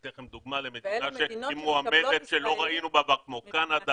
אתן לכם דוגמה למדינה מועמדת שלא ראינו כמו קנדה,